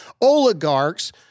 oligarchs